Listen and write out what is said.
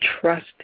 trust